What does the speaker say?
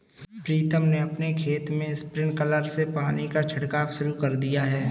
प्रीतम ने अपने खेत में स्प्रिंकलर से पानी का छिड़काव शुरू कर दिया है